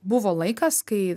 buvo laikas kai